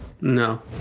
No